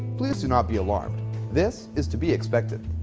please do not be alarmed this is to be expected